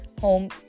home